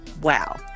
wow